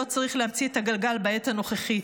ולא צריך להמציא את הגלגל בעת הנוכחית.